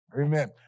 Amen